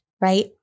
right